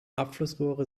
abflussrohre